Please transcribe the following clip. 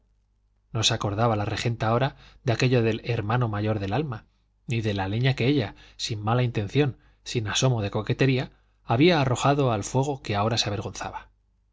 se acordaba la regenta ahora de aquello del hermano mayor del alma ni de la leña que ella sin mala intención sin asomo de coquetería había arrojado al fuego de que ahora se avergonzaba